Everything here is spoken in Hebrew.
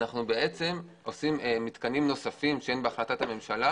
בבג"ץ אנחנו בעצם עושים מתקנים נוספים בהחלטת ממשלה